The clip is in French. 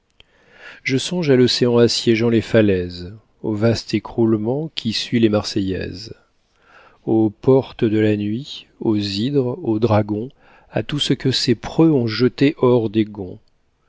je songe à l'océan assiégeant les falaises au vaste écroulement qui suit les marseillaises aux portes de la nuit aux hydres aux dragons a tout ce que ces preux ont jeté hors des gonds